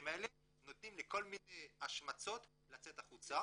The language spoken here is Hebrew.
האלה נותנים לכל מיני השמצות לצאת החוצה,